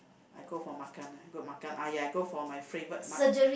I go for makan ah go makan uh yeah go for my favourite